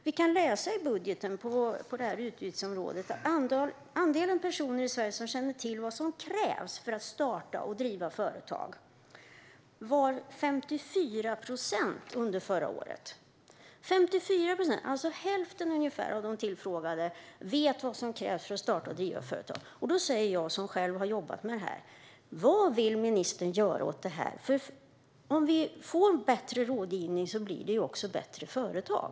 Vi kan läsa i budgeten för det här utgiftsområdet att andelen personer i Sverige som känner till vad som krävs för att starta och driva företag var 54 procent under förra året. Då säger jag, som själv har jobbat med det här: Vad vill ministern göra åt detta? Om vi får bättre rådgivning blir det också bättre företag.